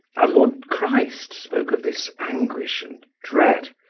our lord christ spoke of this anguish and dread.